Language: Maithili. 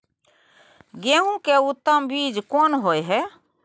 गेहूं के उत्तम बीज कोन होय है?